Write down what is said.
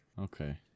okay